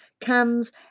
cans